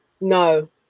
no